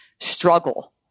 struggle